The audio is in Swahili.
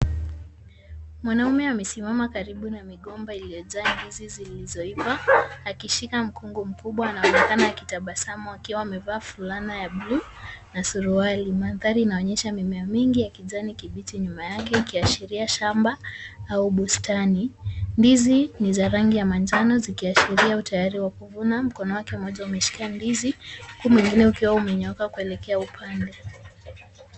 Mwanaume amesimama karibu na migomba iliyojaa ndizi zilizoiva akishika mkungu mkubwa. Anaonekana akitabasamu akiwa amevaa fulana ya buluu na suruali. Mandhari inaonyesha mimea mingi ya kijani kibichi nyuma yake ikiashiria shamba au bustani. Ndizi ni za rangi ya manjano zikiashiria utayari wa kuvuna. Mkono wake mmoja umeshika ndizi huku mwingine ukiwa umenyooka kuelekea upande.